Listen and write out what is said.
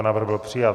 Návrh byl přijat.